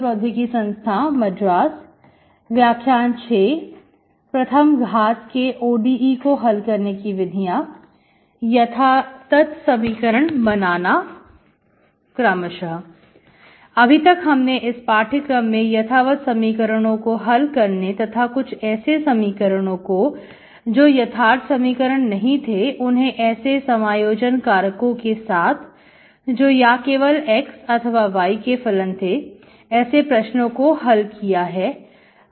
प्रथम घात के ODE को हल करने की विधियां यथातथ समीकरण बनाना क्रमशः अभी तक हमने इस पाठ्यक्रम में यथावत समीकरणों को हल करने तथा कुछ ऐसे समीकरणों को जो यथार्थ समीकरण नहीं थे उन्हें ऐसे समायोजन कारकों के साथ जो या केवल x अथवा y के फलन थे ऐसे प्रश्नों को हल किया है